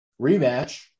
rematch